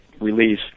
release